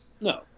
No